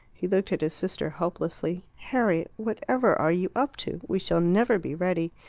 he looked at his sister hopelessly. harriet, whatever are you up to? we shall never be ready.